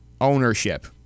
Ownership